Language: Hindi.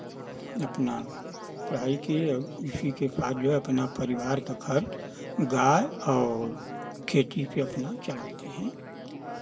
अपना पढ़ाई किये उसीके साथ जो है अपना परिवार का खर्च गाय और खेती भी अपना चलाते हैं